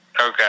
Okay